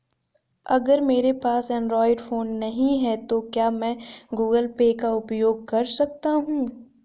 अगर मेरे पास एंड्रॉइड फोन नहीं है तो क्या मैं गूगल पे का उपयोग कर सकता हूं?